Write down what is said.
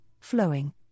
flowing